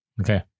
Okay